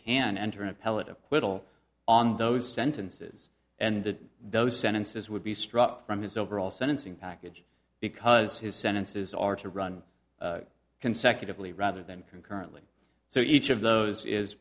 can enter an appellate acquittal on those sentences and that those sentences would be struck from his overall sentencing package because his sentences are to run consecutively rather than concurrently so each of those is